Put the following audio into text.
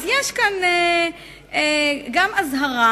אז יש כאן גם אזהרה,